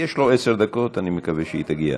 יש לו עשר דקות, אני מקווה שהיא תגיע.